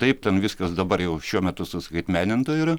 taip ten viskas dabar jau šiuo metu suskaitmeninta yra